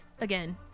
again